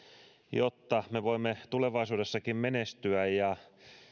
jotta me voimme tulevaisuudessakin menestyä